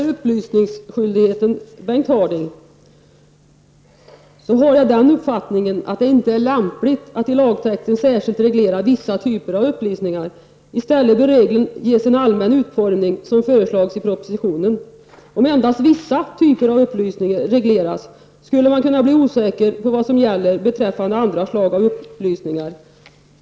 Olson, har jag den uppfattningen att det inte är lämpligt att i lagtexten särskilt reglera vissa typer av upplysningar. I stället bör regeln ges en allmän utformning, vilket föreslås i propositionen. Om endast vissa typer av upplysningar regleras, skulle man kunna bli osäker på vad som gäller beträffande andra slag av upplysningar.